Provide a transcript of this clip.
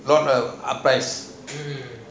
not the up price